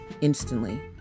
instantly